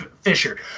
Fisher